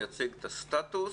יציג את הסטטוס,